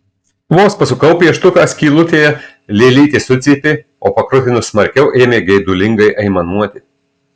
vos pasukau pieštuką skylutėje lėlytė sucypė o pakrutinus smarkiau ėmė geidulingai aimanuoti